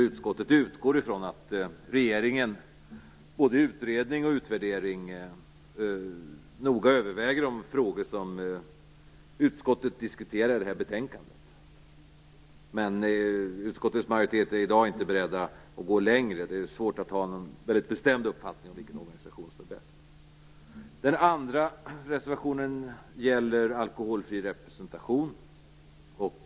Utskottet utgår ifrån att regeringens utredning och utvärdering noga överväger de frågor som utskottet behandlar i betänkandet. Men utskottets majoritet är i dag inte beredd att gå längre. Det är svårt att ha en bestämd uppfattning om vilken organisation som är bäst. Den andra reservationen gäller alkoholfri representation.